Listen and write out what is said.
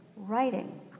Writing